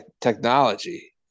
technology